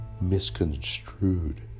misconstrued